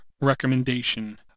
recommendation